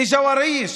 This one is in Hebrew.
לג'ואריש,